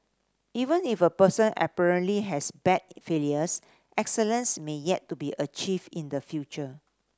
even if a person apparently has bad failures excellence may yet to be achieved in the future